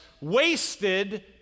wasted